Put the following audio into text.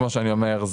כמו שאני אומר,